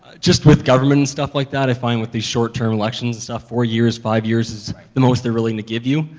just with government and stuff like that, i find with these short-term elections and stuff, four years, five years is the most they're really gonna give you,